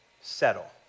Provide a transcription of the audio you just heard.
settle